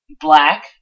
black